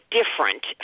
different